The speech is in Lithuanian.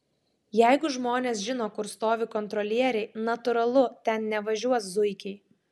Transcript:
jeigu žmonės žino kur stovi kontrolieriai natūralu ten nevažiuos zuikiai